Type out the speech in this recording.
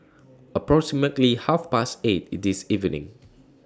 approximately Half Past eight This evening